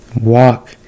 Walk